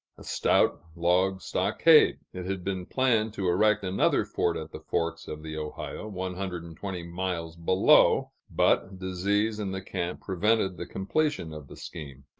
a stout log-stockade. it had been planned to erect another fort at the forks of the ohio, one hundred and twenty miles below but disease in the camp prevented the completion of the scheme.